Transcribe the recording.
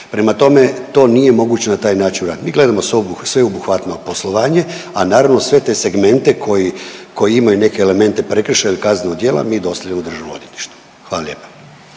prema tome to nije moguće na taj način uradi. Mi gledamo sveobuhvatno poslovanje, a naravno sve te segmente koji imaju neke elemente prekršajnog ili kaznenog djela mi dostavljamo DORH-u. Hvala lijepa.